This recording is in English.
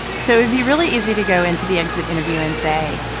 so it'd be really easy to go into the exit interview and say,